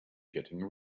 getting